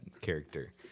character